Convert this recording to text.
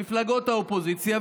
מפלגות האופוזיציה,